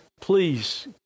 please